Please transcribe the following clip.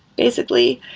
basically.